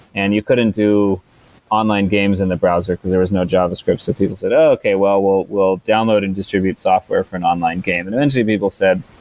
and you couldn't do online games in the browser, because there was no javascript, so people said, okay, we'll we'll download and distribute software for an online game. and eventually people said,